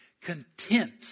content